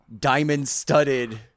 diamond-studded